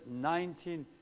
19